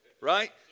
Right